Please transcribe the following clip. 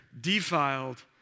defiled